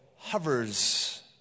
hovers